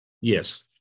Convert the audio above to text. Yes